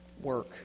work